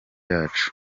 yacu